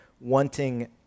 wanting